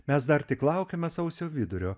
mes dar tik laukiame sausio vidurio